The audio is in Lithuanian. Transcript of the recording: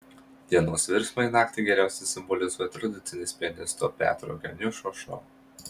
dienos virsmą į naktį geriausiai simbolizuoja tradicinis pianisto petro geniušo šou